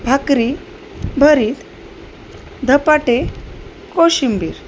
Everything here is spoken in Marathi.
भाकरी भरीत धपाटे कोशिंबीर